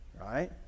right